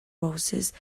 roses